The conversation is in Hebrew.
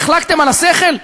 החלקתם על השכל?